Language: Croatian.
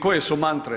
Koje su mantre?